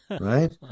Right